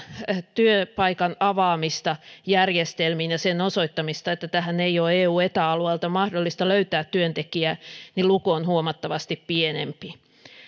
työpaikan avaamista järjestelmiin ja sen osoittamista että tähän ei ole eu ja eta alueelta mahdollista löytää työntekijää niin luku on huomattavasti pienempi